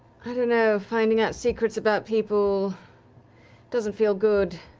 i don't know, finding out secrets about people doesn't feel good.